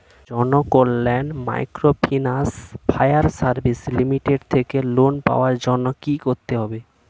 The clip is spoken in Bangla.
Janakalyan microfinance fire service limited থেকে লোন পাওয়ার জন্য কি করতে হবে?